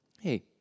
Hey